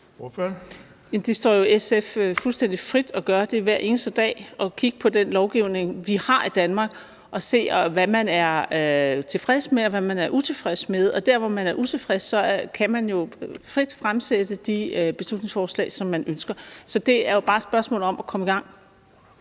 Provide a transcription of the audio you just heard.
det står SF fuldstændig frit at gøre det hver eneste dag, altså kigge på den lovgivning, vi har i Danmark, og se, hvad man er tilfreds med, og hvad man er utilfreds med. Og der, hvor man er utilfreds, kan man jo frit fremsætte de beslutningsforslag, som man ønsker. Så det er jo bare et spørgsmål om at komme i gang.